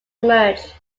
emerged